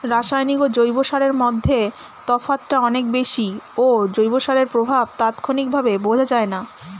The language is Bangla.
রাসায়নিক ও জৈব সারের মধ্যে তফাৎটা অনেক বেশি ও জৈব সারের প্রভাব তাৎক্ষণিকভাবে বোঝা যায়না